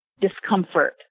discomfort